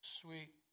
sweet